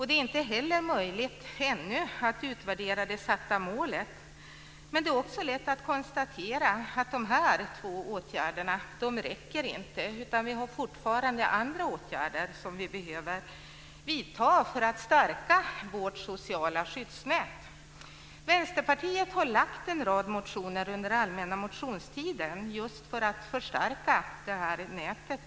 Det är inte heller möjligt ännu att utvärdera det satta målet. Det är också lätt att konstatera att de här två åtgärderna inte räcker. Vi har fortfarande andra åtgärder som vi behöver vidta för att stärka vårt sociala skyddsnät. Vänsterpartiet har lagt fram en rad motioner under den allmänna motionstiden för att just förstärka det här nätet.